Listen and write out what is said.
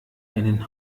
einen